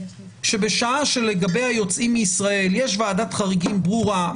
שבשעה שלגבי היוצאים מישראל יש ועדת חריגים ברורה,